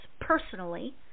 personally